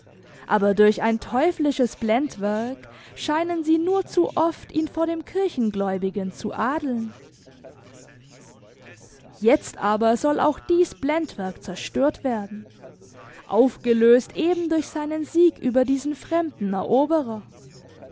aber durch ein teuflisches blendwerk scheinen sie nur zu oft ihn vor dem kirchengläubigen zu adeln jetzt aber soll auch dies blendwerk zerstört werden aufgelöst eben durch seinen sieg über diesen fremden eroberer